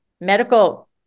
medical